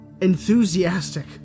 Enthusiastic